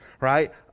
right